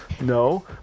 No